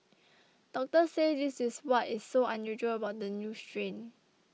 doctors said this is what is so unusual about the new strain